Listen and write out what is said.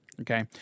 okay